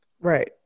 right